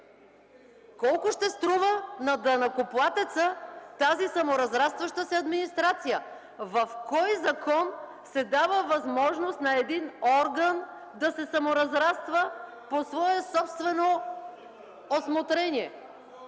Колко ще струва на данъкоплатеца тази саморазрастваща се администрация? В кой закон се дава възможност на един орган да се саморазраства по свое собствено усмотрение?!